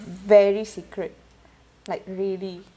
very secret like really